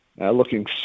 looking